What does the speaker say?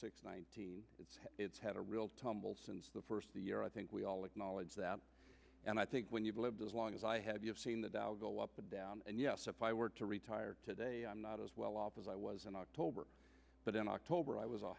six nineteen and it's had a real tumble since the first year i think we all acknowledge that and i think when you've lived as long as i have you have seen the dow go up and down and yes if i were to retire today i'm not as well off as i was in october but in october i was a